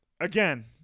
again –